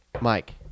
Mike